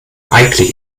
eigentlich